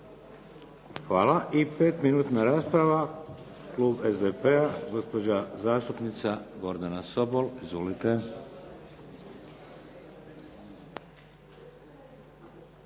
Hvala. I pet minutna rasprava. Klub SDP-a gospođa zastupnica Gordana Sobol. Izvolite.